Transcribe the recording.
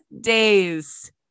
days